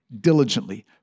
diligently